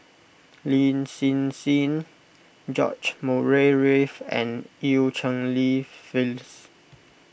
Lin Hsin Hsin George Murray Reith and Eu Cheng Li Phyllis